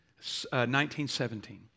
1917